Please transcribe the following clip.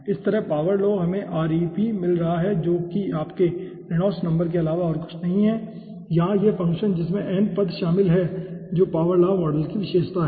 इसी तरह power law हमें Rep मिल रहा है जो आपके रेनॉल्ड्स नंबर के अलावा और कुछ नहीं है और यहां यह फंक्शन है जिसमें पद n शामिल है जो पावर लॉ मॉडल की विशेषता है